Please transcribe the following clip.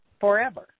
forever